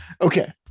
Okay